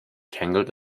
tangled